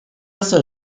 also